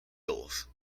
gulls